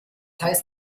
heißt